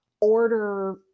order